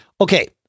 okay